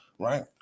Right